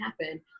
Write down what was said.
happen